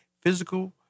physical